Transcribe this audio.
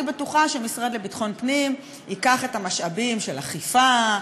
אני בטוחה שהמשרד לביטחון הפנים ייקח את המשאבים של אכיפה,